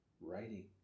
writing